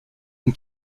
une